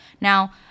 Now